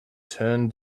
turn